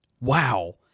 wow